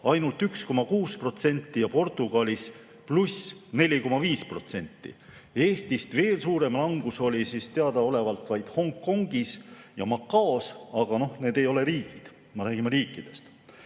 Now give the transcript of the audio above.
ainult 1,6% ja Portugalis +4,5%. Eestist veel suurem langus oli teadaolevalt vaid Hongkongis ja Macaus, aga need ei ole riigid. Me räägime riikidest.